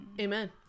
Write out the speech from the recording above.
Amen